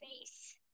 face